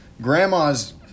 grandma's